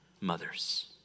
mothers